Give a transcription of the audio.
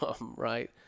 right